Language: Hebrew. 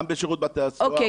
גם בשירות בתי הסוהר --- אוקיי.